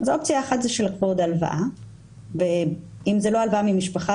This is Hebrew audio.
אז אופציה אחת זו עוד הלוואה ואם זו לא הלוואה מהמשפחה,